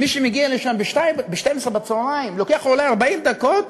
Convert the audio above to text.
מי שמגיע לשם ב-12:00, לוקח לו אולי 40 דקות